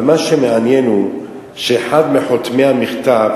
אבל מה שמעניין הוא שאחד מחותמי המכתב